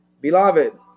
Beloved